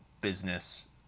business